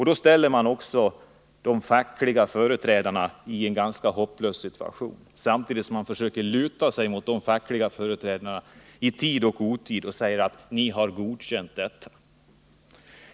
Då ställer man också de fackliga företrädarna i en ganska hopplös situation, samtidigt som man försöker luta sig mot de fackliga företrädarna i tid och otid genom att säga: Ni har godkänt detta.